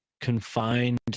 confined